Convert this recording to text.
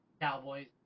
Cowboys